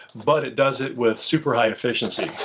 but it does it with super high efficiency.